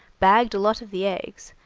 bagged a lot of the eggs,